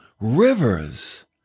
rivers